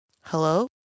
Hello